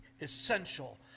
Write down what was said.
essential